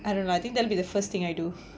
I don't know I think that'll be the first thing I do